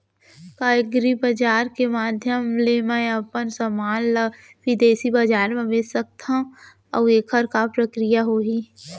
का एग्रीबजार के माधयम ले मैं अपन समान ला बिदेसी बजार मा बेच सकत हव अऊ एखर का प्रक्रिया होही?